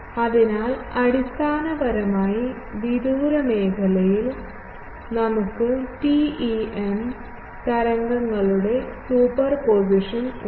അതിനാൽ അടിസ്ഥാനപരമായി വിദൂര മേഖലയിൽ നമുക്ക് TEM തരംഗങ്ങളുടെ സൂപ്പർപോസിഷൻ ഉണ്ട്